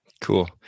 Cool